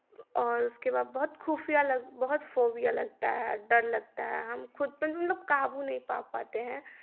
और उसके बाद बहु त खुफ़िया लग बहुत फोबिया लगता है और डर लगता है हम खुद पे मतलब काबू नहीं पा पाते हैं